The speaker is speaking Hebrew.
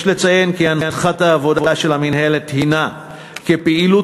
יש לציין כי הנחת העבודה של המינהלת היא כי פעילות